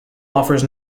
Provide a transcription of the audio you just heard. offers